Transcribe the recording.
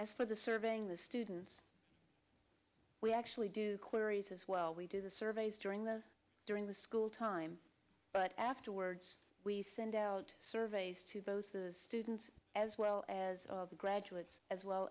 as for the surveying the students we actually do queries as well we do the surveys during the during the school time but afterwards we send out surveys to both the students as well as the graduates as well